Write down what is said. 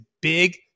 Big